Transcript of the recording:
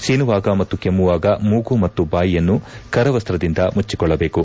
ಸೀನುವಾಗ ಮತ್ತು ಕೆಮ್ಲುವಾಗ ಮೂಗು ಮತ್ತು ಬಾಯಿಯನ್ನು ಕರವಸ್ತದಿಂದ ಅವಶ್ಯವಾಗಿ ಮುಚ್ಚಿಕೊಳ್ಳಬೇಕು